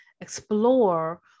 explore